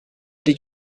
did